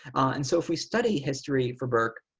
and so if we study history for burke,